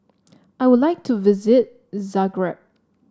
I would like to visit Zagreb